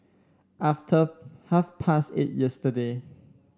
after half past eight yesterday